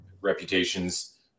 reputations